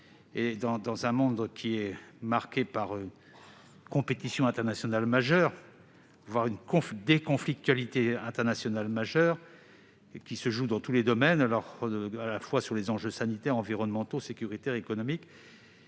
dans un monde marqué par une compétition internationale intense, voire par des conflictualités internationales majeures qui se jouent dans tous les domaines, à la fois sur les enjeux sanitaires, environnementaux, sécuritaires et économiques,